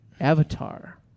Avatar